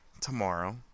tomorrow